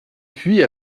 puis